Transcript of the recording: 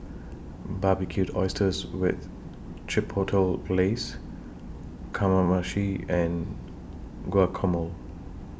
Barbecued Oysters with Chipotle Glaze Kamameshi and Guacamole